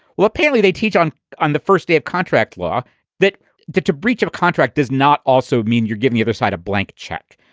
well apparently they teach on on the first day of contract law that the breach of contract does not also mean you're giving you other side a blank check.